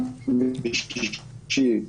גם בשני,